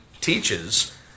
teaches